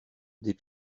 des